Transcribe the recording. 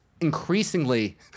increasingly